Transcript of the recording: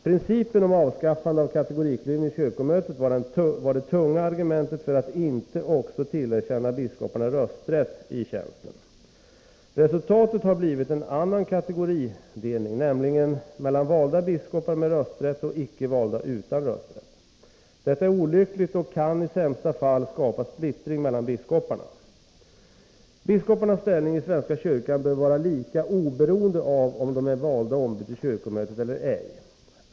Principen om avskaffande av kategoridelningen i kyrkomötet var det tunga argumentet för att inte också tillerkänna biskoparna rösträtt ”i tjänsten”. Resultatet har bl.a. blivit en annan kategoridelning, nämligen mellan valda biskopar med rösträtt och icke valda utan rösträtt. Detta är olyckligt och kan i sämsta fall skapa splittring mellan biskoparna. Biskoparnas ställning i svenska kyrkan bör vara lika oberoende av om de är valda ombud till kyrkomötet eller ej.